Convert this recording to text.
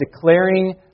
declaring